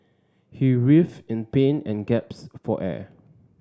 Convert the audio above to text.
he writhed in pain and gasped for air